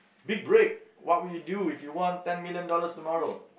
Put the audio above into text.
big break what would you do if you won ten million dollars tomorrow